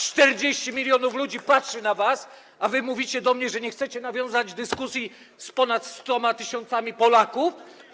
40 mln ludzi patrzy na was, a wy mówicie do mnie, że nie chcecie nawiązać dyskusji z ponad 100 tys. Polaków.